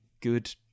good